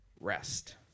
rest